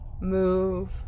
move